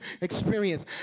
experience